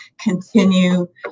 continue